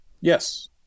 yes